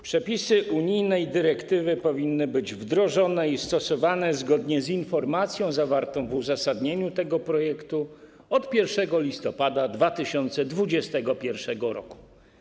Przepisy unijnej dyrektywy powinny być wdrożone i stosowane, zgodnie z informacją zawartą w uzasadnieniu tego projektu, od 1 listopada 2021 r.